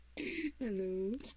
Hello